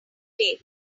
day